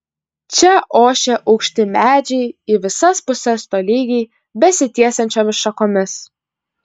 čia ošė aukšti medžiai į visas puses tolygiai besitiesiančiomis šakomis